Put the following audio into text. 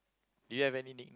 do you have any nick~